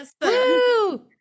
Woo